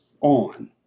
on